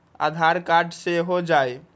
आधार card से हो जाइ?